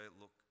look